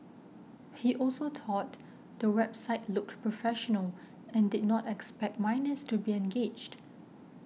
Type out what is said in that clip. he also thought the website looked professional and did not expect minors to be engaged